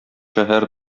шәһәр